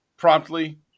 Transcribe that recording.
promptly